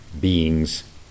beings